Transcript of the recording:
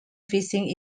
fishing